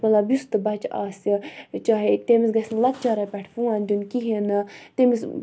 مطلب یُس تہِ بَچہِ آسہِ چاہے تٔمِس گَژھنہٕ لۄکچارے پٮ۪ٹھٕ فون دیُن کِہیٖنۍ نہٕ تٔمِس